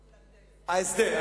ההסדר.